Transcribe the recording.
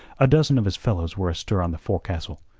a dozen of his fellows were astir on the forecastle,